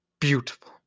beautiful